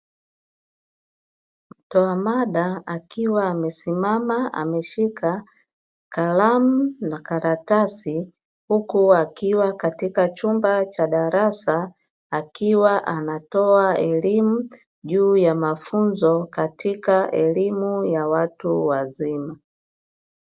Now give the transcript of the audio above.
Mtoa mada akiwa amesimama ameshika kalamu na karatasi, huku akiwa katika chumba cha darasa, akiwa anatoa elimu juu ya mafunzo ya elimu ya watu wazima.